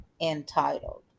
entitled